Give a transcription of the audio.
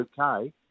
okay